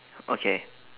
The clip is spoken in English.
okay